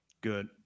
Good